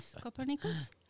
Copernicus